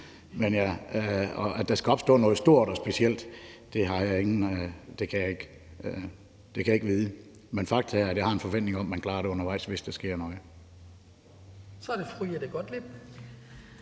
Men om der skulle opstå noget stort og specielt, kan jeg ikke vide. Men faktum er, at jeg har en forventning om, at man klarer det undervejs, hvis der sker noget. Kl. 18:28 Den fg.